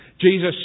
Jesus